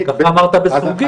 ככה אמרת ב'סרוגים'.